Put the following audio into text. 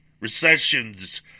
recessions